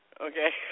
okay